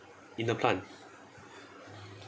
in the plant